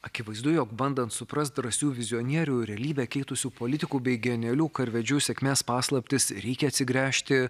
akivaizdu jog bandant suprast drąsių vizionieriškų realybę keitusių politikų bei genialių karvedžių sėkmės paslaptis reikia atsigręžti